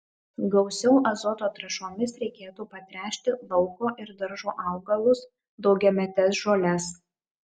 gausiau azoto trąšomis reikėtų patręšti lauko ir daržo augalus daugiametes žoles